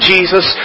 Jesus